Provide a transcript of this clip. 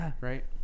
right